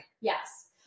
yes